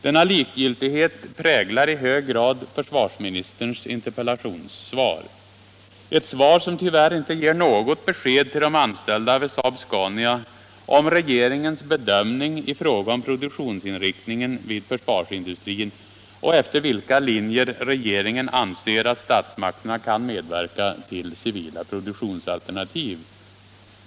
Denna likgiltighet präglar i hög grad försvarsministerns interpellationssvar — ett svar som tyvärr inte ger något besked till de anställda vid SAAB SCANIA om regeringens bedömning i fråga om produktionsinriktningen vid försvarsindustrin och efter vilka linjer regeringen anser att statsmakterna kan medverka till civila produktionsalternativ.